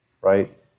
right